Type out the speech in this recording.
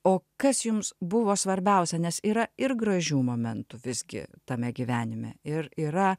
o kas jums buvo svarbiausia nes yra ir gražių momentų visgi tame gyvenime ir yra